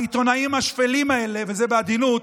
העיתונאים השפלים האלה, וזה בעדינות,